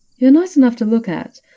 you're nice enough to look at,